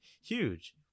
huge